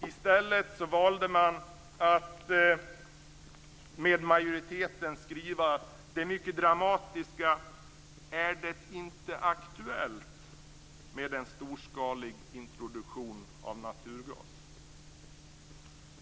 I stället valde man att tillsammans med majoriteten skriva det mycket dramatiska "- är det inte aktuellt med en storskalig introduktion av naturgas -."